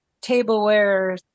tableware